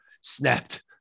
snapped